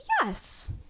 yes